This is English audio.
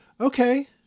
Okay